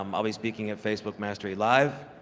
um i'll be speaking at facebook mastery live,